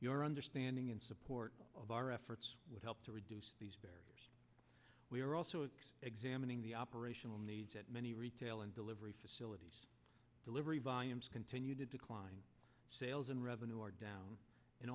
your understanding and support of our efforts would help to reduce these barriers we are also expect jamming the operational needs at many retail and delivery facilities delivery volumes continue to decline sales and revenue are down